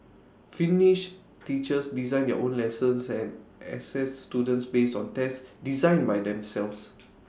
finnish teachers design their own lessons and assess students based on tests designed by themselves